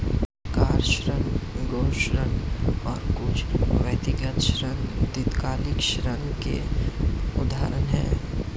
car ऋण, गृह ऋण और कुछ व्यक्तिगत ऋण दीर्घकालिक ऋण के उदाहरण हैं